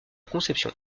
conception